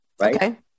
right